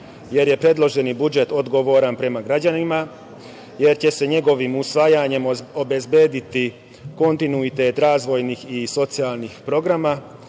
jer je predloženi budžet odgovoran prema građanima, jer će se njegovim usvajanjem obezbediti kontinuitet razvojnih i socijalnih programa